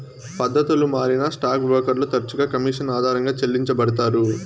పద్దతులు మారినా స్టాక్ బ్రోకర్లు తరచుగా కమిషన్ ఆధారంగా చెల్లించబడతారు